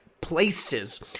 places